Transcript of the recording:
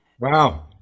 Wow